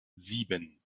sieben